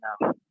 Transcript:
now